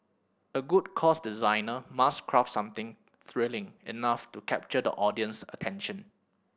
a good course designer must craft something thrilling enough to capture the audience's attention